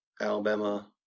Alabama